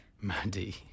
Mandy